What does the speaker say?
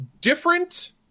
different